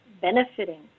benefiting